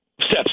steps